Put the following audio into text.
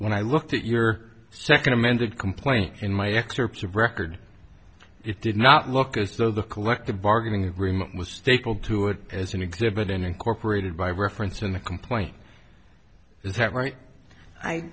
when i looked at your second amended complaint in my excerpts of record it did not look as though the collective bargaining agreement was stapled to it as an exhibit in incorporated by reference in the complaint is that right i